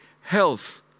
health